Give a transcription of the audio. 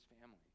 family